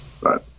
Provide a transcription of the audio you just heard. right